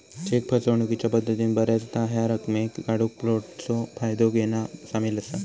check फसवणूकीच्या पद्धतीत बऱ्याचदा ह्या रकमेक काढूक फ्लोटचा फायदा घेना सामील असा